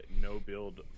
no-build